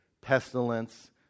pestilence